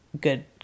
good